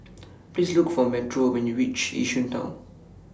Please Look For Metro when YOU REACH Yishun Town